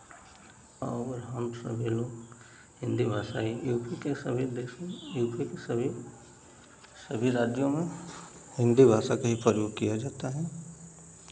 और हम सभी लोग हिन्दी भाषा ई यू पी के सभी देशों में यू पी के सभी सभी राज्यों में हिन्दी भाषा का ही प्रयोग किया जाता है